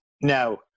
Now